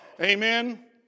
Amen